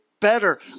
better